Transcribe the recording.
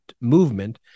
movement